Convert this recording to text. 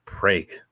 break